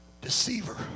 deceiver